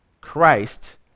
Christ